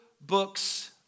books